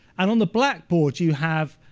and on the blackboard you have